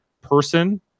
person